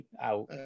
out